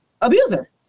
abuser